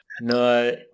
No